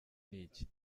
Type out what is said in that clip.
n’iki